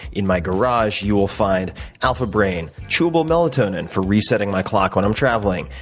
in my garage, you will find alpha brain, chewable melatonin for resetting my clock when i'm traveling.